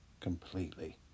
completely